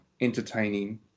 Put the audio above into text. entertaining